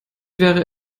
wäre